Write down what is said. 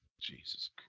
Jesus